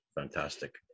fantastic